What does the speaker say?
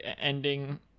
ending